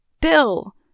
Bill